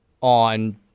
on